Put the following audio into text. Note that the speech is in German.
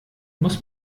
muss